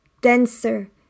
denser